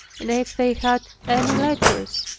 and if they had any letters.